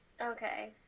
Okay